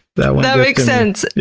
that that makes sense.